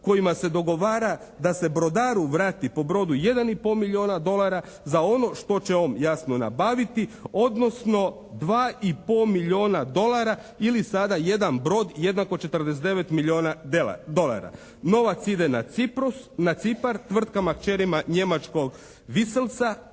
kojima se dogovara da se brodaru vrati po brodu 1 i pol milijuna dolara za ono što će on jasno nabaviti, odnosno 2 i pol milijuna dolara ili sada 1 brod jednako 49 milijuna dolara. Novac ide na Cipar tvrtkama kćerima njemačkog "Viselsa"